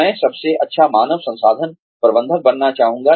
मैं सबसे अच्छा मानव संसाधन प्रबंधक बनना चाहूँगा